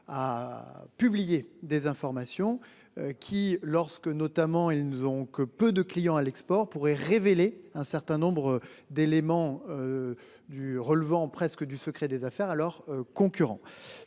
à publier des informations qui lorsque notamment, ils nous ont que peu de client à l'export pourrait révéler un certain nombre d'éléments. Du relevant presque du secret des affaires, alors concurrent.